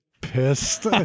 pissed